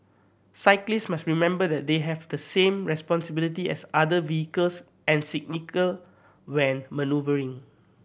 cyclists must remember that they have the same responsibility as other vehicles and when manoeuvring